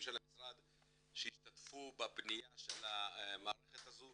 של המשרד שהשתתפו בבניית המערכת הזאת.